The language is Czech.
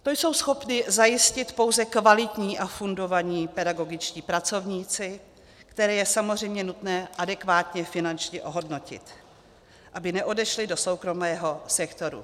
To jsou schopni zajistit pouze kvalitní a fundovaní pedagogičtí pracovníci, které je samozřejmě nutné adekvátně finančně ohodnotit, aby neodešli do soukromého sektoru.